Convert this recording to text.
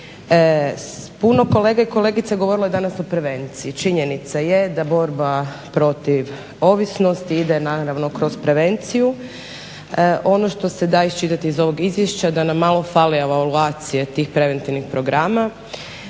Puno kolega i kolegica govorilo je danas o prevenciji, činjenica je da borba protiv ovisnosti ide naravno kroz prevenciju. Ono što se da iščitati iz ovog izvješća da nam malo fali evaluacije tih preventivnih programa